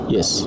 Yes